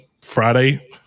Friday